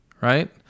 right